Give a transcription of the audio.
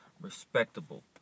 respectable